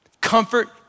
Comfort